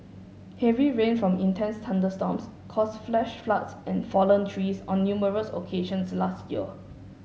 heavy rain from intense thunderstorms caused flash floods and fallen trees on numerous occasions last year